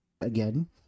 again